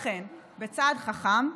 לכן, בצעד חכם,